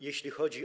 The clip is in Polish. Jeśli chodzi.